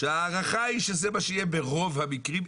שהערכה היא שזה מה שיהיה ברוב המקרים,